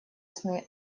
сны